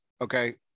Okay